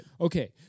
Okay